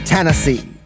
Tennessee